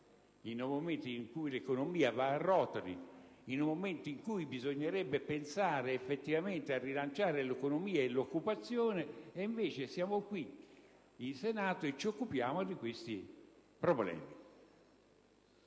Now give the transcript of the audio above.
nostro Paese, in cui l'economia va a rotoli, in cui bisognerebbe pensare effettivamente a rilanciare l'economia e l'occupazione: invece qui al Senato ci occupiamo di questi problemi.